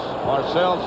Marcel